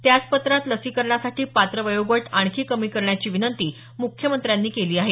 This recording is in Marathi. त्याच पत्रात लसीकरणासाठी पात्र वयोगट आणखी कमी करण्याची विनंती म्ख्यमंत्र्यांनी केली आहे